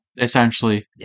essentially